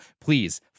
please